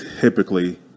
typically